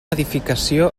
edificació